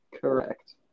Correct